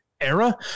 era